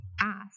ask